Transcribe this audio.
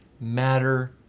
matter